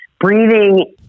breathing